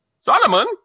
Solomon